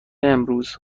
امروز